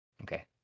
Okay